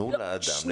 תנו לאדם לדבר,